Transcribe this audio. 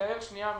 או